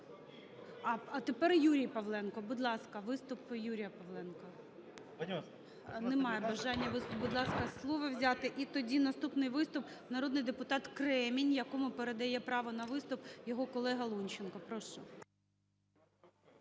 А тепер Юрій Павленко. Будь ласка, виступ Юрія Павленка. Немає бажання виступу, будь ласка, слово взяти. І тоді наступний виступ – народний депутат Кремінь, якому передає право на виступ його колегаЛунченко. Прошу.